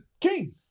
king